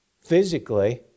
physically